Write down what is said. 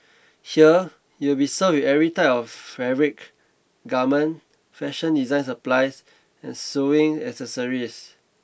here you will be served with every type of fabric garment fashion design supplies and sewing accessories